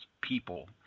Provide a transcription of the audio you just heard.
people